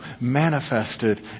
manifested